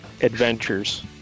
adventures